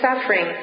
suffering